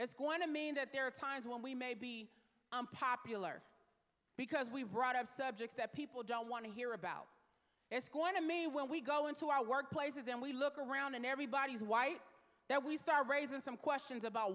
it's going to mean that there are times when we may be unpopular because we've brought of subjects that people don't want to hear about and it's going to me when we go into our workplaces and we look around and everybody's white that we start raising some questions about